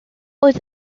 oedd